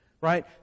Right